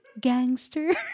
gangster